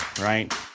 right